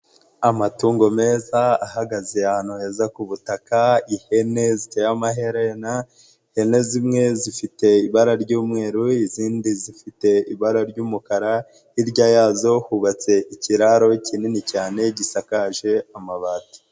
Amatungo meza ahagaze ahantu heza ku butaka, ihene ziteye amaherena, ihene zimwe zifite ibara ry'umweru, izindi zifite ibara ry'umukara, hirya yazo hubatse ikiraro kinini cyane gisakaje amabati.